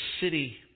city